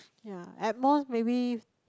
ya at most maybe